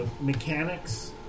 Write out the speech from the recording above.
mechanics